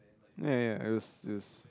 ya ya it was it was